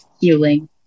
healing